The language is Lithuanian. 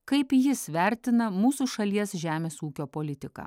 kaip jis vertina mūsų šalies žemės ūkio politiką